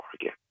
again